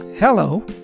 Hello